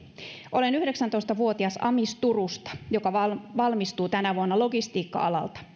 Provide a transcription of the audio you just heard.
olen yhdeksäntoista vuotias amis turusta joka valmistuu tänä vuonna logistiikka alalta